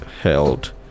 held